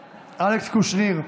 קושניר,